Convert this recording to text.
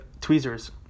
tweezers